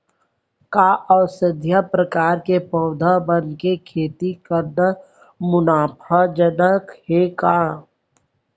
का औषधीय प्रकार के पौधा मन के खेती करना मुनाफाजनक हे?